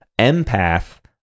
empath